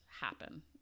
happen